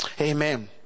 Amen